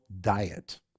Diet